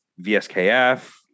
vskf